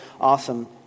awesome